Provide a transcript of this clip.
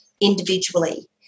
individually